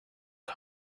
had